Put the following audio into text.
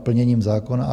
Plněním zákona?